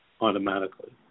automatically